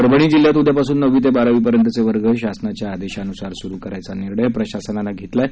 परभणी जिल्ह्यात उद्यापासून नववी ते बारावीपर्यंतचे वर्ग शासनाच्या आदेशानुसार सुरु करायचा निर्णय प्रशासनानं घेतला आहे